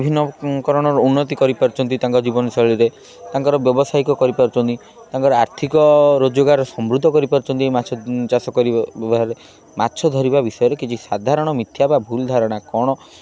ବିଭିନ୍ନ କର ଉନ୍ନତି କରିପାରୁଛନ୍ତି ତାଙ୍କ ଜୀବନଶୈଳୀରେ ତାଙ୍କର ବ୍ୟବସାୟିକ କରିପାରୁଛନ୍ତି ତାଙ୍କର ଆର୍ଥିକ ରୋଜଗାର ସମୃଦ୍ଧ କରିପାରୁଛନ୍ତି ମାଛ ଚାଷ କରିବା ମାଛ ଧରିବା ବିଷୟରେ କିଛି ସାଧାରଣ ମିଥ୍ୟା ବା ଭୁଲଧାରଣା କ'ଣ